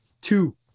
two